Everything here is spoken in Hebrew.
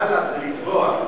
טלב זה לתבוע.